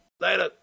Later